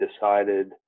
decided